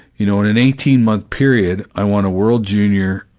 you know in an eighteen month period, i won a world junior,